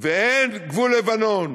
ואין גבול לבנון,